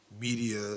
media